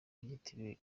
ryitiriwe